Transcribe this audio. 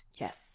Yes